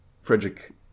Frederick